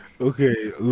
Okay